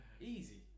Easy